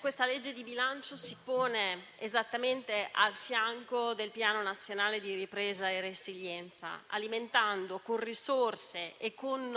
questa legge di bilancio si pone esattamente al fianco del Piano nazionale di ripresa e resilienza, alimentando con risorse e norme